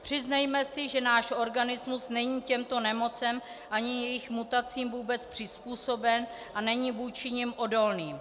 Přiznejme si, že náš organismus není těmto nemocem ani jejich mutacím vůbec přizpůsoben a není vůči nim odolný.